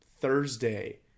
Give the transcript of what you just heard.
Thursday